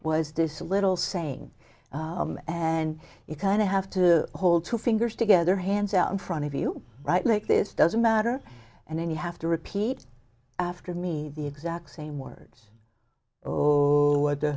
was this a little saying and you kind of have to hold two fingers together hands out in front of you right like this doesn't matter and then you have to repeat after me the exact same words or were to